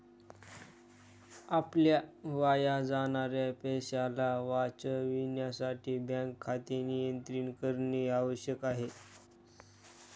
आपल्या वाया जाणाऱ्या पैशाला वाचविण्यासाठी बँक खाते नियंत्रित करणे आवश्यक आहे